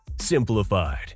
Simplified